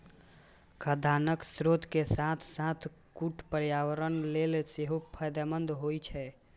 खाद्यान्नक स्रोत के साथ साथ कट्टू पर्यावरण लेल सेहो फायदेमंद होइ छै